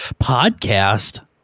podcast